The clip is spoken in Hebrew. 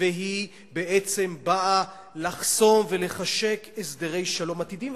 והיא בעצם באה לחסום ולחשק הסדרי שלום עתידיים,